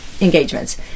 engagements